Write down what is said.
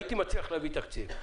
הייתי מצליח להביא תקציב,